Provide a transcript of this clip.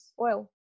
Oil